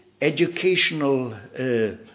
educational